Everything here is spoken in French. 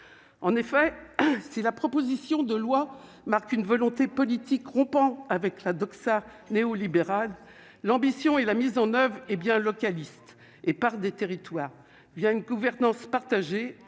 en effet si la proposition de loi marque une volonté politique rompant. Avec la doxa néo-libérale l'ambition et la mise en oeuvre et bien localiste et par des territoires via une gouvernance partagée,